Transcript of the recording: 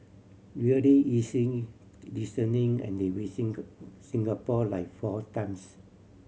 really easy listening and they visited Singapore like four times